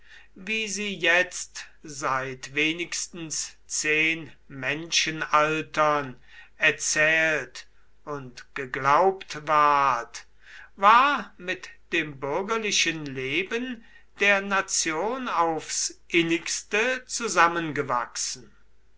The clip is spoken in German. wie sie jetzt seit wenigstens zehn menschenaltern erzählt und geglaubt ward war mit dem bürgerlichen leben der nation aufs innigste zusammengewachsen